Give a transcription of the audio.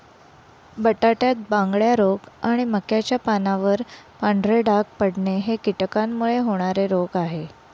बटाट्यात बांगड्या रोग आणि मक्याच्या पानावर पांढरे डाग पडणे हे कीटकांमुळे होणारे रोग आहे